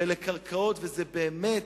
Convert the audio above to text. ואלה קרקעות, וזה באמת,